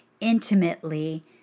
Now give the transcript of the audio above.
intimately